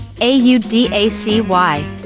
A-U-D-A-C-Y